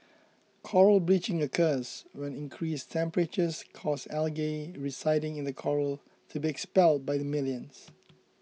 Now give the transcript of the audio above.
coral bleaching occurs when increased temperatures cause algae residing in the coral to be expelled by the millions